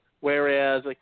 Whereas